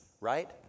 right